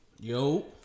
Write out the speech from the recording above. Yo